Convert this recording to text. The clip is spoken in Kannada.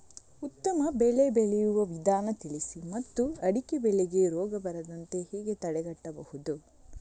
ಉತ್ತಮ ಬೆಳೆ ಬೆಳೆಯುವ ವಿಧಾನ ತಿಳಿಸಿ ಮತ್ತು ಅಡಿಕೆ ಬೆಳೆಗೆ ರೋಗ ಬರದಂತೆ ಹೇಗೆ ತಡೆಗಟ್ಟಬಹುದು?